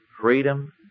Freedom